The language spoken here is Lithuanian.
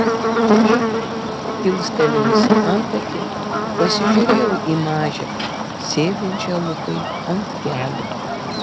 aš kilstelėjusi antakį pasižiūrėjau į mažę sėdinčią lukui ant kelių